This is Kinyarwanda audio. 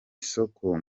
soko